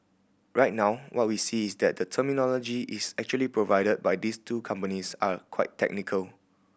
right now what we see is that the terminology is actually provided by these two companies are quite technical